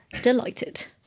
delighted